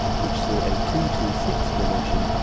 which saw a two two six formation,